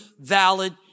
valid